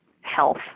health